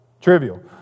Trivial